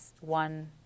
one